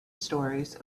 stories